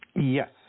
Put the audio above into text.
Yes